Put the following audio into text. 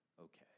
Okay